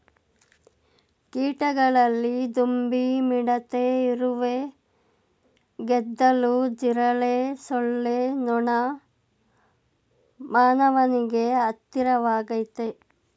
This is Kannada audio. ಕೀಟಗಳಲ್ಲಿ ದುಂಬಿ ಮಿಡತೆ ಇರುವೆ ಗೆದ್ದಲು ಜಿರಳೆ ಸೊಳ್ಳೆ ನೊಣ ಮಾನವನಿಗೆ ಹತ್ತಿರವಾಗಯ್ತೆ